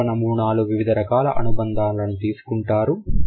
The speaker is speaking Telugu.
మూడవ నమూనాలు వివిధ రకాల అనుబంధాలను తీసుకుంటారు